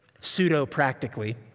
pseudo-practically